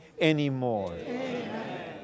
anymore